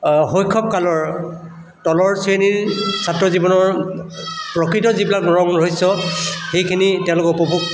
শৈশৱকালৰ তলৰ শ্ৰেণীৰ ছাত্ৰ জীৱনৰ প্ৰকৃত যিবিলাক ৰং ৰহস্য সেইখিনি তেওঁলোকে উপভোগ